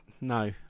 no